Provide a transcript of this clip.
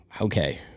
okay